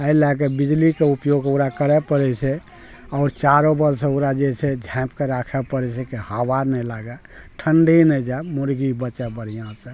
एहि लए कऽ बिजलीके उपयोग ओकरा करय पड़ै छै आओर चारो बगल से ओकरा जे छै झाॅंपिके राखय पड़ै छै कि हवा नहि लागै ठण्डी नहि जाहि सऽ मुर्गी बचै बढ़िआँ सऽ